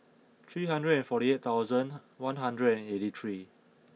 three hundred and forty eight thousand one hundred and eighty three